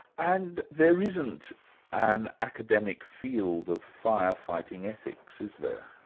and there isn't an academic field of firefighting ethics, is there?